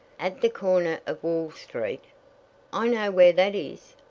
at the corner of wall street i know where that is,